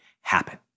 happen